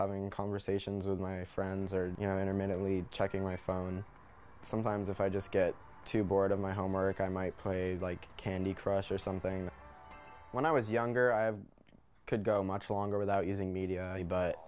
having conversations with my friends or you know intermittently checking my phone sometimes if i just get too bored of my homework i might play like candy crush or something when i was younger i could go much longer without using media but